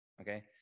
Okay